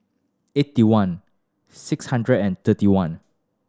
eighty one six hundred and thirty one